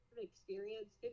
experience